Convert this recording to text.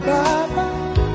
Bye-bye